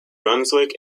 brunswick